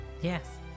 Yes